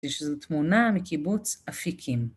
יש לזה תמונה מקיבוץ אפיקים.